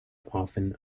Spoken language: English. often